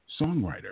songwriter